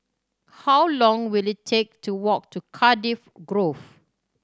how long will it take to walk to Cardiff Grove